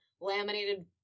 Laminated